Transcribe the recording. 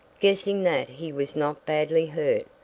guessing that he was not badly hurt,